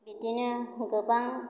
बिदिनो गोबां